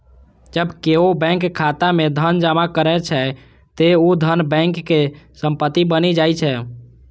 जब केओ बैंक खाता मे धन जमा करै छै, ते ऊ धन बैंक के संपत्ति बनि जाइ छै